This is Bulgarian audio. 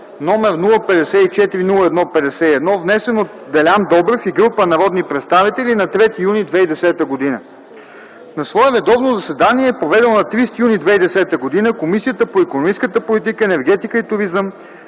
№ 054-01-51, внесен от Делян Добрев и група народни представители на 3 юни 2010 г. На свое редовно заседание, проведено на 30 юни 2010 г., Комисията по икономическата политика, енергетика и туризъм